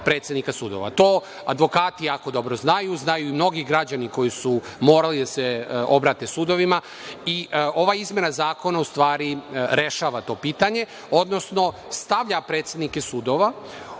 predsednika sudova. To advokati jako dobro znaju, znaju i mnogi građani koji su morali da se obrate sudova. Ova izmena zakona, u stvari, rešava to pitanje, odnosno stavlja predsednike sudova